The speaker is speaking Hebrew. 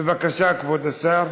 בבקשה, כבוד השר.